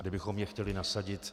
A kdybychom je chtěli nasadit...